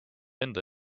enda